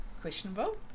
questionable